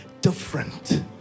different